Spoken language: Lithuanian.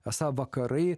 esą vakarai